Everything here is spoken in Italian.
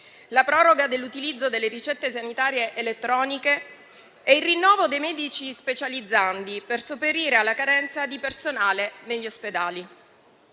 alla proroga dell'utilizzo delle ricette sanitarie elettroniche e al rinnovo dei medici specializzandi per sopperire alla carenza di personale negli ospedali.